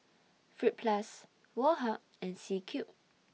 Fruit Plus Woh Hup and C Cube